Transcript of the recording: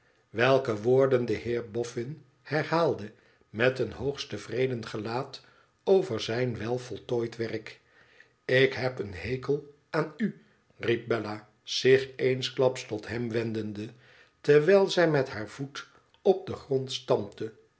welke woorden de heer boffin herhaalde met een hoogst tevreden gelaat over zijn welvoltooid werk lik heb een hekel aan u riepbella zich eensklaps tot hena wendende terwijl zij met haar voet op den grond stampte